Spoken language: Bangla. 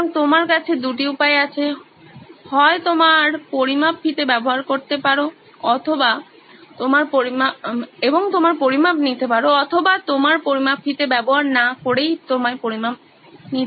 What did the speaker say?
সুতরাং তোমার কাছে দুটি উপায় আছে হয় তোমার পরিমাপ ফিতে ব্যবহার করতে পারো এবং তোমার পরিমাপ নিতে পারো অথবা তোমার পরিমাপ ফিতে ব্যবহার না করেই তোমায় পরিমাপ নিতে হবে